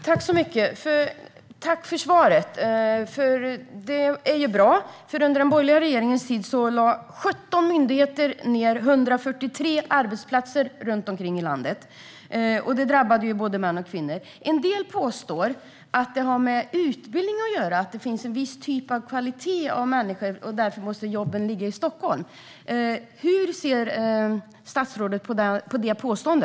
Herr talman! Tack för svaret! Det är bra, för under den borgerliga regeringens tid lade 17 myndigheter ned 143 arbetsplatser runt omkring i landet. Det drabbade både män och kvinnor. En del påstår att det har med utbildning att göra - att det finns en människor av en viss typ av kvalitet och att jobben därför måste finnas i Stockholm. Hur ser statsrådet på detta påstående?